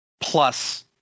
plus